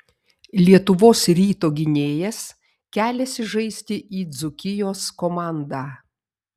lietuvos ryto gynėjas keliasi žaisti į dzūkijos komandą